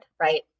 right